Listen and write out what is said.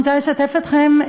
אני רוצה לשתף אתכם,